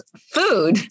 food